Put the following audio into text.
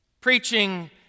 Preaching